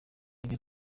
nibyo